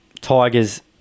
Tigers